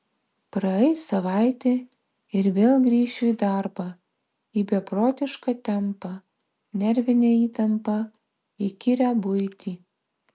praeis savaitė ir vėl grįšiu į darbą į beprotišką tempą nervinę įtampą įkyrią buitį